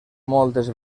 moltes